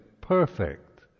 perfect